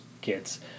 kids